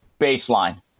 baseline